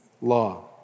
law